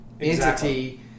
entity